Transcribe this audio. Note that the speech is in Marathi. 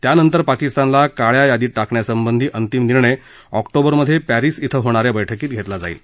त्यानंतर पाकिस्तानला काळ्या यादीत टाकण्यासंबधी अंतिम निर्णय ऑक्टोबरमधे पॅरिस इथं होणा या बैठकीत घेतला जाईल